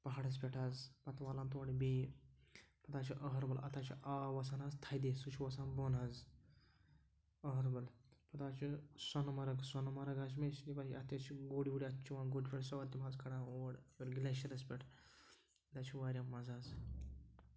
پہاڑس پٮ۪ٹھ حظ پتہٕ والان تورٕ بیٚیہِ پتہٕ حظ چھِ أہربل اتھ حظ چھِ آب وسان حظ تھدِ سُہ چھُ وسان بۄن حظ أہربل پتہٕ حظ چھُ سۄنہٕ مرٕگ سۄنہٕ مرٕگ حظ چھِ مےٚ اسلیے اَتھ تہِ حظ چھِ گُرۍ وُرۍ اَتھ چھُ چیٚوان گُرۍ پٮ۪ٹھ سورُے تِم حظ کھالان اور گٕلیشرَس پٮ۪ٹھ تَتہِ حظ چھُ واریاہ مَزٕ حظ